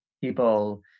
people